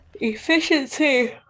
Efficiency